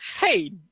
Hey